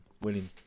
winning